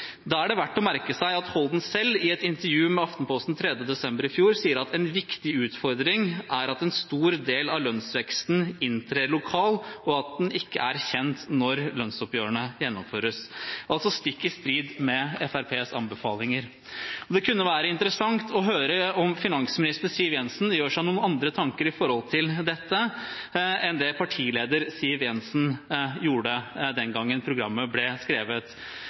Da er det verdt å merke seg at Holden selv i et intervju med Aftenposten 3. desember i fjor sa at: «En viktig utfordring er at en stor del av lønnsveksten inntrer lokalt, og den er ikke kjent når de andre oppgjørene skal gjennomføres.» Det er altså stikk i strid med Fremskrittspartiets anbefalinger. Det kunne være interessant å høre om finansminister Siv Jensen gjør seg noen andre tanker om dette enn det partileder Siv Jensen gjorde den gang programmet ble skrevet.